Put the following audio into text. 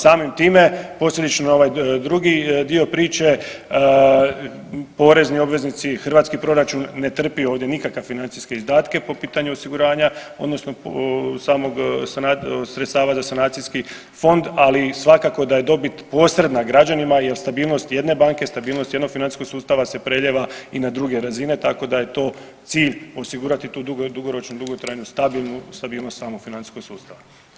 Samim time, posljedično ovaj drugi dio priče, porezni obveznici, hrvatski proračun ne trpi ovdje nikakve financijske izdatke po pitanju osiguranja, odnosno samog sredstava za sanacijski fond, ali svakako da je dobit posredna građanima jer stabilnost jedne banke, stabilnost jednog financijskog sustava se prelijeva i na druge razine, tako da je to cilj osigurati tu dugoročnu, dugotrajnu stabilnu stabilnost samog financijskog sustava.